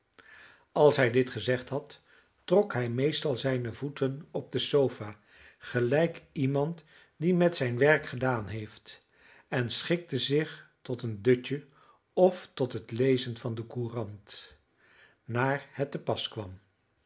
als hij dit gezegd had trok hij meestal zijne voeten op de sofa gelijk iemand die met zijn werk gedaan heeft en schikte zich tot een dutje of tot het lezen van de courant naar het te pas kwam